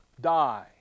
die